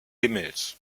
himmels